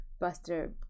Buster